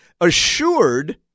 assured